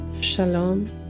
Shalom